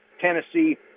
Tennessee